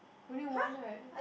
only one right